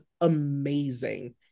amazing